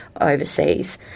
overseas